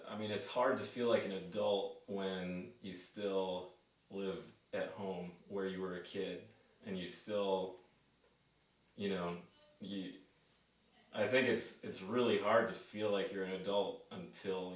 i mean it's hard to feel like an adult when you still live at home where you were a kid and you still you know i think it's really hard to feel like you're an adult until